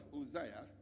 Uzziah